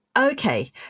Okay